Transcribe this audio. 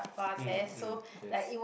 mm mm yes